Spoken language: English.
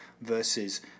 versus